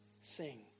sing